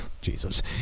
Jesus